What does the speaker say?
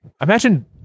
imagine